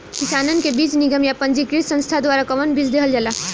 किसानन के बीज निगम या पंजीकृत संस्था द्वारा कवन बीज देहल जाला?